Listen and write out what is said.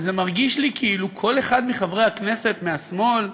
וזה מרגיש לי כאילו כל אחד מחברי הכנסת מהשמאל,